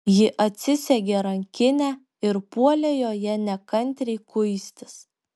ji atsisegė rankinę ir puolė joje nekantriai kuistis